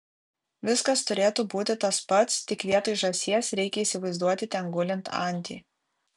viskas turėtų būti tas pats tik vietoj žąsies reikia įsivaizduoti ten gulint antį